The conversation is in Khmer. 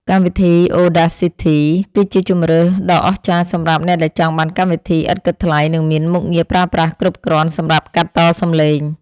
កម្មវិធីអូដាស៊ីធីគឺជាជម្រើសដ៏អស្ចារ្យសម្រាប់អ្នកដែលចង់បានកម្មវិធីឥតគិតថ្លៃ និងមានមុខងារប្រើប្រាស់គ្រប់គ្រាន់សម្រាប់កាត់តសំឡេង។